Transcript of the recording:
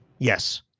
Yes